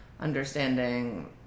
understanding